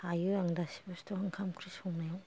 हायो आं गासै बुस्तु ओंखाम ओंख्रि संनायाव